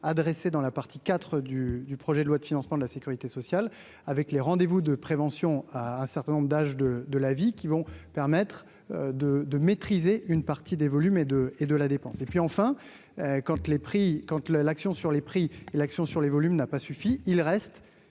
adressées dans la partie IV du du projet de loi de financement de la Sécurité sociale, avec les rendez-vous de prévention à un certain nombre d'âge de de la vie qui vont permettre de de maîtriser une partie des volumes et de et de la dépense et puis enfin quand tu les prix, l'action sur les prix et l'action sur les volumes n'a pas suffi, il reste